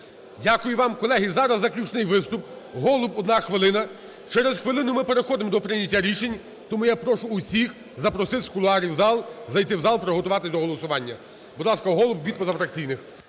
Дякую вам. Колеги, зараз заключний виступ, Голуб. Одна хвилина. Через хвилину ми переходимо до прийняття рішень. Тому я прошу усіх запросити з кулуарів в зал, зайти в зал, приготуватися до голосування. Будь ласка, Голуб від позафракційних.